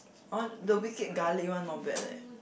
oh the Wicked Garlic one not bad eh